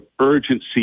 urgency